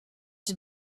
got